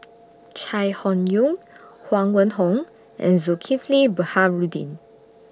Chai Hon Yoong Huang Wenhong and Zulkifli Baharudin